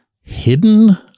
hidden